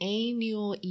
annual